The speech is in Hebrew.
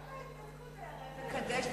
ראה וקדש,